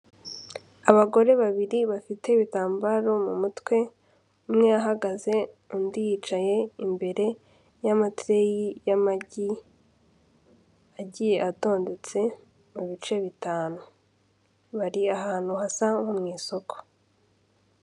Abagore babiri bafite ibitambaro mu mutwe, umwe ahagaze, undi yicaye imbere y'amatereyi y'amagi, agiye atondetse mu bice bitanu. Bari ahantu hasa nko mu isoko.